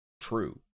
true